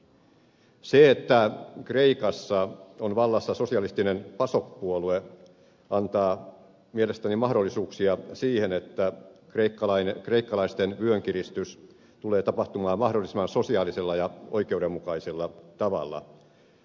se että kreikassa on vallassa sosialistinen pasok puolue antaa mielestäni mahdollisuuksia siihen että kreikkalaisten vyön kiristys tulee tapahtumaan mahdollisimman sosiaalisella ja oikeudenmukaisella tavalla